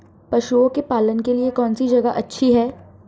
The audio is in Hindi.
पशुओं के पालन के लिए कौनसी जगह अच्छी है?